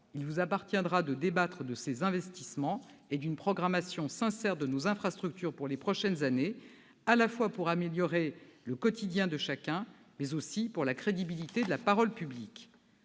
Il vous appartiendra de débattre de ces investissements et d'une programmation sincère de nos infrastructures pour les prochaines années, à la fois pour améliorer le quotidien de chacun, mais aussi pour la crédibilité de la parole publique.